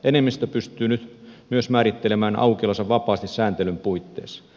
enemmistö pystyy nyt myös määrittelemään aukiolonsa vapaasti sääntelyn puitteissa